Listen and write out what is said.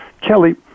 Kelly